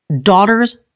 daughter's